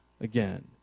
again